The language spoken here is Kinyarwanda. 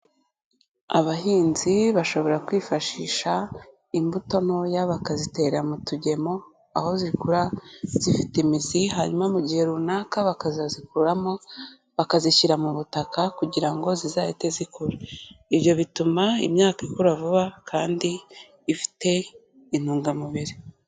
Abahinzi bashobora kwifashisha imbuto ntoya bakazitera mu tugemo, aho zikura zifite imizi, hanyuma mu gihe runaka bakazazikuramo bakazishyira mu butaka, kugira ngo zizahite zikura, ibyo bituma imyaka ikura vuba kandi ifite intungamubiri.